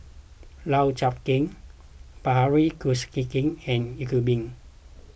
Lau Chiap Khai Bilahari Kausikan and Iqbal